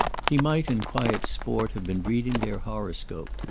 he might in quiet sport have been reading their horoscope.